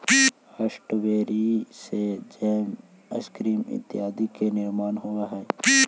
strawberry से jam, ice cream इत्यादि के निर्माण होवऽ हइ